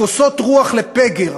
כוסות רוח לפגר,